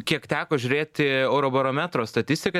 kiek teko žiūrėti eurobarometro statistiką tai toks